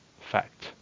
Fact